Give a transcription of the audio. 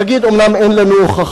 להגיד, אומנם אין לנו הוכחה,